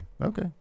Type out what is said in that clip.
Okay